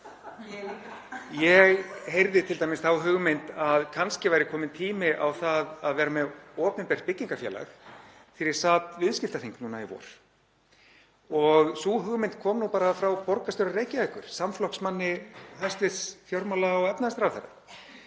Ég heyrði t.d. þá hugmynd að kannski væri kominn tími á það að vera með opinbert byggingafélag þegar ég sat viðskiptaþing nú í vor. Og sú hugmynd kom nú bara frá borgarstjóra Reykjavíkur, samflokksmanni hæstv. fjármála- og efnahagsráðherra.